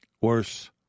worse